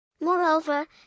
Moreover